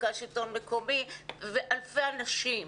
מרכז השלטון המקומי ואלפי אנשים.